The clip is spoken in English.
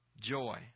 joy